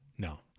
No